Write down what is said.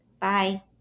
Bye